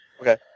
Okay